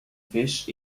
fish